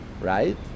right